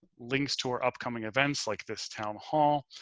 links to our upcoming events like this town hall.